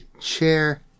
Chair